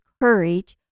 courage